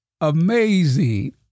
Amazing